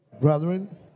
Brethren